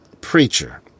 Preacher